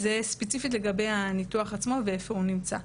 זה ספציפית לגבי הניתוח עצמו ואיפה הוא נמצא.